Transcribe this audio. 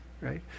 right